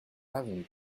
avenue